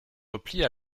replie